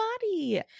body